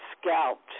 scalped